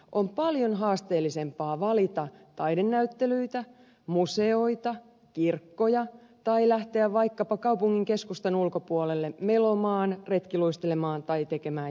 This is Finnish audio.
on paljon haasteellisempaa valita taidenäyttelyitä museoita kirkkoja tai lähteä vaikkapa kaupungin keskustan ulkopuolelle melomaan retkiluistelemaan tai tekemään jotakin muuta